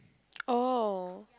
oh